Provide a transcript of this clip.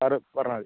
sir പറഞ്ഞാൽ മതി